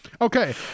Okay